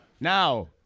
Now